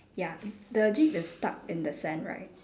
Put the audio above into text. ya the jeep is stuck in the sand right